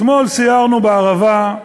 אתמול סיירנו בערבה,